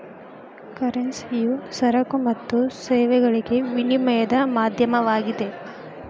ಕರೆನ್ಸಿಯು ಸರಕು ಮತ್ತು ಸೇವೆಗಳಿಗೆ ವಿನಿಮಯದ ಮಾಧ್ಯಮವಾಗಿದೆ